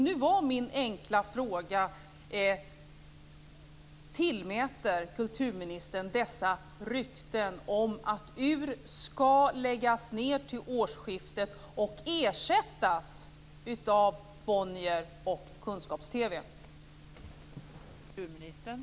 Nu var min enkla fråga: Tillmäter kulturministern dessa rykten om att UR skall läggas ned till årsskiftet och ersättas av Bonnier och Kunskaps-TV någon betydelse?